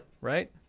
right